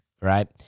right